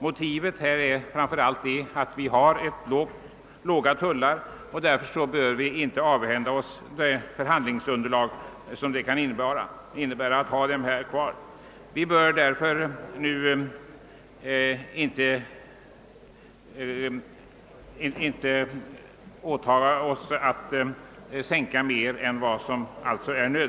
Motivet härför är framför allt att vi har låga tullar och därför inte bör avhända oss det förhandlingsunderlag det kan innebära att behålla dem oförändrade.